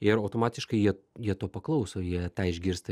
ir automatiškai jie jie to paklauso jie tą išgirsta